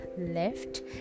left